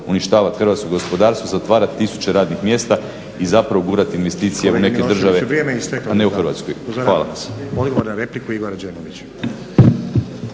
uništavati hrvatsko gospodarstvo, zatvarati tisuće radnih mjesta i zapravo gurati investicije u neke države a ne u Hrvatskoj. Hvala.